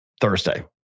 Thursday